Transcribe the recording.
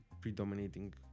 predominating